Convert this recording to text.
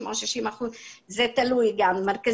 משלושה חודשים או משישה חודשים של מצ'ינג על שירותי רווחה.